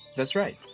that's right.